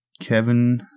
Kevin